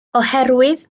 oherwydd